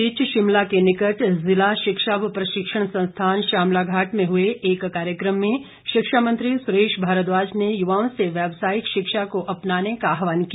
इस बीच शिमला के निकट जिला शिक्षा व प्रशिक्षण संस्थान शामलाघाट में हुए एक कार्यक्रम में शिक्षा मंत्री सुरेश भारद्वाज ने युवाओं से व्यवसायिक शिक्षा को अपनाने का आहवान किया